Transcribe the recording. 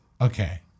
Okay